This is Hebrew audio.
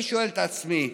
אני שואל את עצמי: